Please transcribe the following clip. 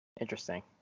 Interesting